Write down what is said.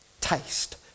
taste